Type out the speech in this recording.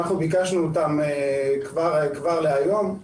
ביקשנו אותן כבר להיום,